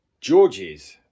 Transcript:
George's